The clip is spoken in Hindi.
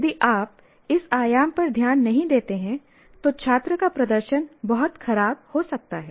यदि आप इस आयाम पर ध्यान नहीं देते हैं तो छात्र का प्रदर्शन बहुत खराब हो सकता है